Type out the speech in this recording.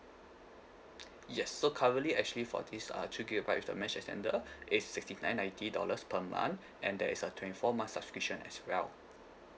yes so currently actually for this uh two gigabyte with the mesh extender is sixty nine ninety dollars per month and there is a twenty four month subscription as well